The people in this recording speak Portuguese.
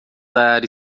dar